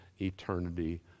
eternity